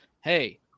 hey